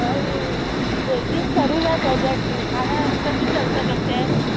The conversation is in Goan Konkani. हय बेगीन सरू जाय प्रोजेक्ट नाल्यार कशें चलतले अशें